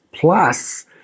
Plus